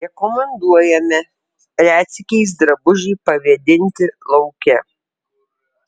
rekomenduojame retsykiais drabužį pavėdinti lauke